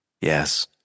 Yes